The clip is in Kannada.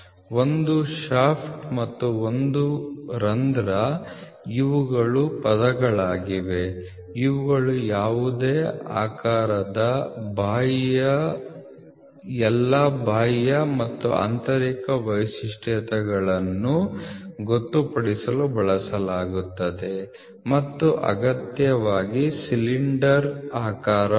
ಒಂದು ಶಾಫ್ಟ್ ಮತ್ತು ರಂಧ್ರ ಇವುಗಳು ಪದಗಳಾಗಿವೆ ಇವುಗಳನ್ನು ಯಾವುದೇ ಆಕಾರದ ಎಲ್ಲಾ ಬಾಹ್ಯ ಮತ್ತು ಆಂತರಿಕ ವೈಶಿಷ್ಟ್ಯಗಳನ್ನು ಗೊತ್ತುಪಡಿಸಲು ಬಳಸಲಾಗುತ್ತದೆ ಮತ್ತು ಅಗತ್ಯವಾಗಿ ಸಿಲಿಂಡರಾಕಾರವಲ್ಲ